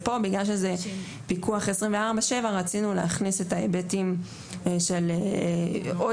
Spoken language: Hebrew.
פה בגלל שזה פיקוח 24/7 רצינו להכניס את ההיבטים של עוד